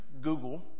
Google